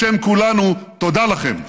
בשם כולנו, תודה לכם.